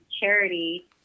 charity